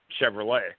chevrolet